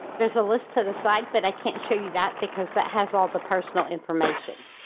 there's a list to the side, but i can't show you that because that has all the personal information.